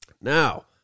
Now